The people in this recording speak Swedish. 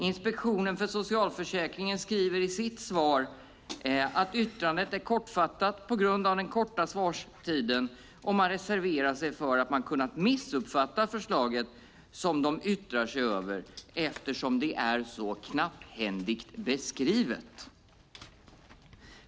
Inspektionen för socialförsäkringen skriver i sitt svar att yttrandet är kortfattat på grund av den korta svarstiden, och man reserverar sig för att man kunnat missuppfatta förslaget som man yttrar sig över eftersom det är så knapphändigt beskrivet.